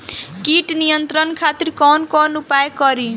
कीट नियंत्रण खातिर कवन कवन उपाय करी?